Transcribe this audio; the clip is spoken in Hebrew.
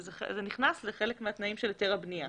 וזה נכנס לחלק מהתנאים של היתרי הבנייה.